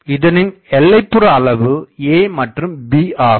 இதனின் எல்லைப்புற அளவு a மற்றும் b ஆகும்